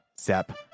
Zep